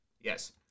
Yes